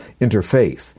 interfaith